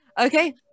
Okay